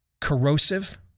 corrosive